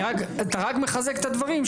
אתה רק מחזק את הדברים,